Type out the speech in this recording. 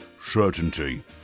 certainty